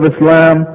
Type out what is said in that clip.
Islam